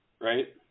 right